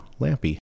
Lampy